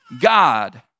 God